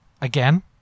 again